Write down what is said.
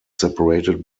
separated